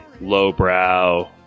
lowbrow